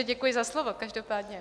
Děkuji za slovo každopádně!